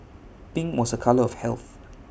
pink was A colour of health